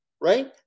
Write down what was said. right